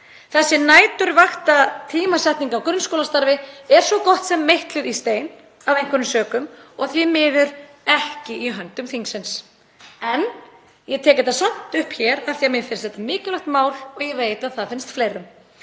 Þessi næturvaktartímasetning á grunnskólastarfi er svo gott sem meitluð í stein af einhverjum sökum og því miður ekki í höndum þingsins. En ég tek þetta samt upp hér af því að mér finnst þetta mikilvægt mál og ég veit að það finnst fleirum.